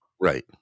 Right